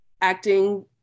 acting